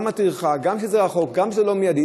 גם הטרחה, גם כשזה רחוק, גם כשזה לא מיידי.